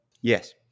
Yes